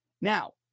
Now